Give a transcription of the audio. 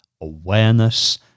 awareness